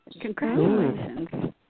Congratulations